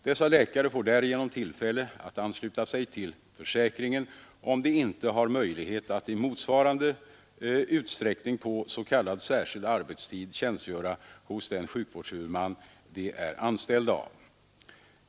Dessa läkare får därigenom tillfälle att ansluta sig till försäkringen om de inte har möjlighet att i motsvarande utsträckning på s.k. särskild arbetstid tjänstgöra hos den sjukvårdshuvudman de är anställda av.